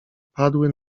padły